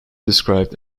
described